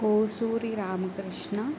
Kosuri Ramakrishna